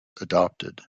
adopted